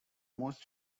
most